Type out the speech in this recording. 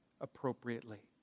appropriately